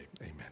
Amen